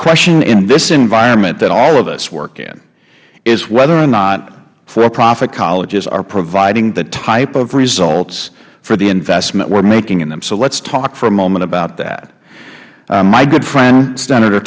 question in this environment that all of us work in is whether or not for profit colleges are providing the type of results for the investment we are making in them so let's talk for a moment about that my good friend senator